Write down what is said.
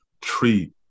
treat